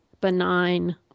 benign